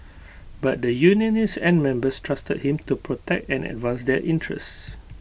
but the unionists and members trusted him to protect and advance their interests